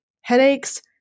headaches